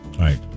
right